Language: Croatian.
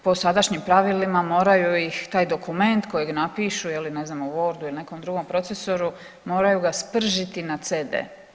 Po sadašnjim pravilima moraju ih, taj dokument kojeg napišu je li ne znam u wordu ili nekom drugom procesoru moraju ga spržiti na CD.